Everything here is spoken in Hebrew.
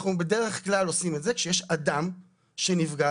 אנחנו בדרך כלל עושים את זה כשיש אדם עם מוגבלות שנפגע,